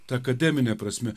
ta akademine prasme